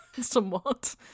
Somewhat